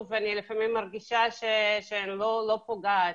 אני לפעמים מרגישה שאני לא פוגעת,